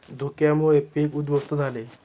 धुक्यामुळे पीक उध्वस्त झाले